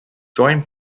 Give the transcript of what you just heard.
joint